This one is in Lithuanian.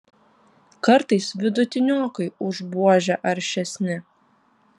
kartais vidutiniokai už buožę aršesni